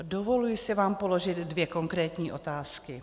Dovoluji si vám položit dvě konkrétní otázky.